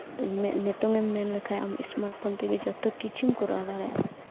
ᱱᱤᱛᱚᱝ ᱮᱢ ᱢᱮᱱ ᱞᱮᱠᱷᱟᱱ ᱟᱢ ᱥᱢᱟᱨᱴ ᱯᱷᱳᱱ ᱛᱮᱜᱮ ᱡᱚᱛᱚ ᱠᱤᱪᱷᱩᱢ ᱠᱚᱨᱟᱣ ᱫᱟᱲᱮᱭᱟᱜᱼᱟ